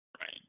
Right